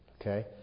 Okay